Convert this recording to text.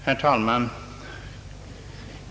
Herr talman!